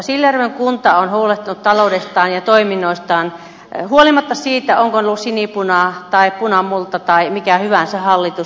siilijärven kunta on huolehtinut taloudestaan ja toiminnoistaan huolimatta siitä onko siellä ollut sinipuna tai punamulta tai mikä hyvänsä hallitus